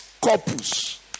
corpus